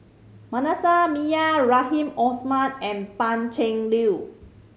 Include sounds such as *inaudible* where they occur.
Manasseh Meyer Rahim *unintelligible* and Pan Cheng Lui